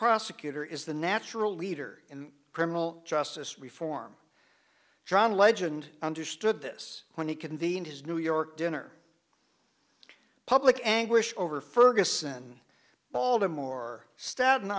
prosecutor is the natural leader in criminal justice reform john legend understood this when he convened his new york dinner public anguish over ferguson baltimore staten